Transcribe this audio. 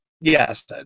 yes